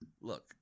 look